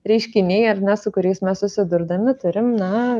reiškiniai ar ne su kuriais mes susidurdami turim na